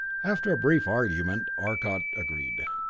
after a brief argument arcot agreed.